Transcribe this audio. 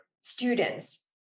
students